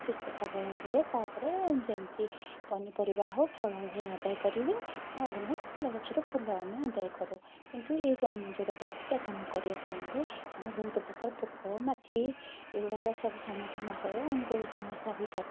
ସୁସ୍ଥ ସବଳ ହୁଏ ତା'ପରେ ଯେମିତି ପନିପରିବା ହେଉ ଫଳ ଆଦାୟ କରିବେ ନହେଲେ ନାଇଁ ଫୁଲ ଗଛରୁ ଫୁଲ ଆମେ ଆଦାୟ କରୁ କିନ୍ତୁ ଏଇ ଯେଉଁଟା ବଗିଚା କାମ କରିବା ଟାଇମରେ ଆମେ ବହୁତ ପ୍ରକାର ପୋକ ମାଛି ଏଗୁଡ଼ାକ ସବୁ ସମ୍ମୁଖୀନ ହେଉ ଆମକୁ ସେ ମଶାବି